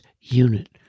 unit